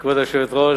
כבוד היושבת-ראש,